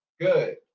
Good